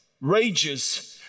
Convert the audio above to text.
rages